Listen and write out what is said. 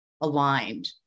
aligned